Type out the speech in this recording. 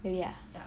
really ah